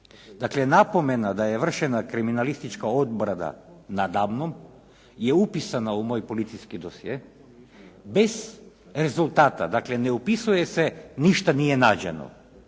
Dakle, napomena da je vršena kriminalistička obrada nadamnom je upisana u moj policijski dosje bez rezultata, dakle ne upisuje se ništa nije nađeno.